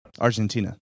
argentina